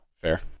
Fair